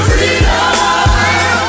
Freedom